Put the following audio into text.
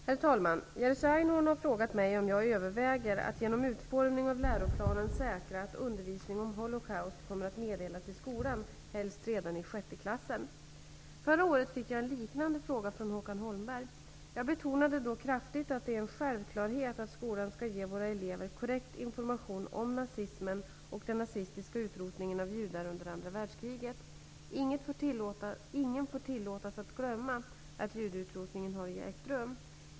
Herr talman! Jerzy Einhorn har frågat mig om jag överväger att genom utformning av läroplanen säkra att undervisning om Holocaust kommer att meddelas i skolan, helst redan i sjätte klassen. Förra året fick jag en liknande fråga från Håkan Holmberg. Jag betonade då kraftigt att det är en självklarhet att skolan skall ge våra elever korrekt information om nazismen och den nazistiska utrotningen av judar under andra världskriget. Ingen får tillåtas att glömma att judeutrotningen har ägt rum.